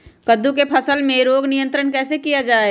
कददु की फसल में रोग नियंत्रण कैसे किया जाए?